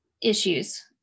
issues